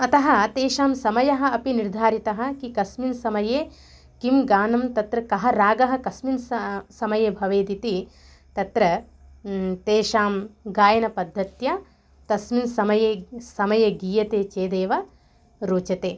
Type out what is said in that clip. अतः तेषां समयः अपि निर्धारितः कि कस्मिन् समये किं गानं तत्र कः रागः कस्मिन् स समये भवेत् इति तत्र तेषां गायनपद्धत्या तस्मिन् समये समये गीयते चेदेव रोचते